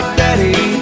daddy